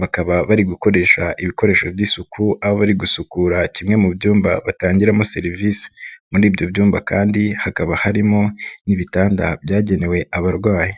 bakaba bari gukoresha ibikoresho by'isuku aho bari gusukura kimwe mu byumba batangiramo serivisi, muri ibyo byumba kandi hakaba harimo n'ibitanda byagenewe abarwayi.